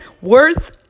Worth